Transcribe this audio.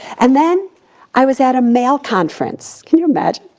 and then i was at a male conference. can you imagine?